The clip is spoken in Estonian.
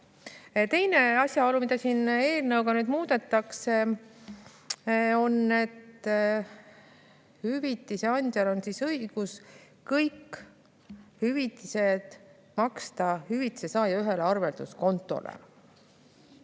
Teine asjaolu, mida siin eelnõuga nüüd muudetakse, on see, et hüvitiseandjal on õigus kõik hüvitised maksta hüvitisesaaja ühele arvelduskontole.